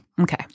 Okay